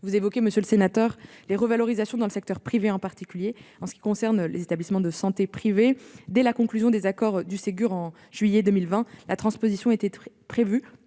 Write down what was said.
vous évoquez les revalorisations dans le secteur privé, en particulier en ce qui concerne les établissements de santé privés. Dès la conclusion des accords du Ségur au mois de juillet 2020, la transposition a été prévue